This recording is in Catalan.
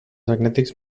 magnètics